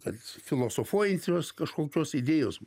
kad filosofuojančios kažkokios idėjos